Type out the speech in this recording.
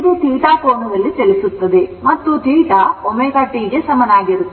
ಇದು θ ಕೋನದಲ್ಲಿ ಚಲಿಸುತ್ತದೆ ಮತ್ತು θ ω t ಗೆ ಸಮನಾಗಿರುತ್ತದೆ